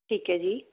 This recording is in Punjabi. ਠੀਕ ਹੈ ਜੀ